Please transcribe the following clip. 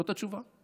זאת התשובה.